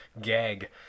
Gag